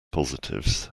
positives